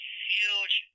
huge